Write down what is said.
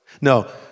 No